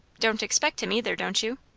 don't expect him either, don't you?